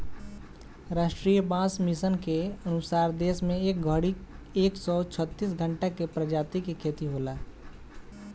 राष्ट्रीय बांस मिशन के अनुसार देश में ए घड़ी एक सौ छतिस बांस के प्रजाति के खेती होला